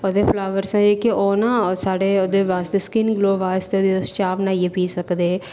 ओह्दे फ्लावर्स न जेह्के ओह् ना साढ़े ओह्दे वास्तै स्किन ग्लो वास्तै तुस चाह् बनाइयै पी सकदे